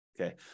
okay